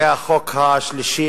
זה החוק השלישי